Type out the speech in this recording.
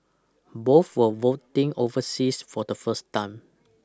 both were voting overseas for the first time